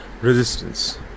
Resistance